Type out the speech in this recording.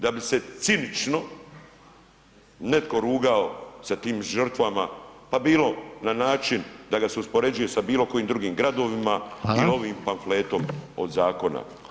Da bi se cinično netko rugao sa tim žrtvama, pa bilo na način da ga se uspoređuje sa bilo kojim drugim gradovima [[Upadica Reiner: Hvala.]] i ovim pamfletom od zakona.